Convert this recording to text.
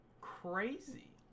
crazy